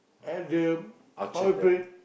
at the power brain